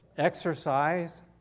exercise